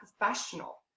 professional